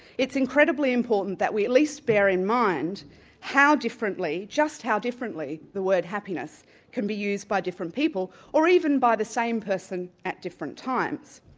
it's incredibly important that we at least bear in mind how differently, just how differently the word happiness can be used by different people, or even by the same person at different times.